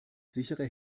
sichere